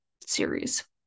series